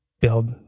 build